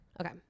Okay